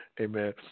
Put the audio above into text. Amen